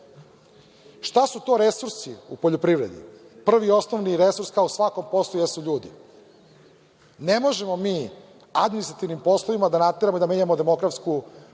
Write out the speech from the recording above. su to resursi u poljoprivredi? Prvi i osnovni resurs, kao u svakom poslu, jesu ljudi. Ne možemo mi administrativnim poslovima da nateramo i da menjamo demografsku